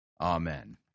Amen